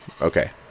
Okay